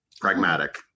pragmatic